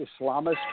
Islamist